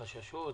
לחששות?